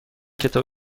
کتاب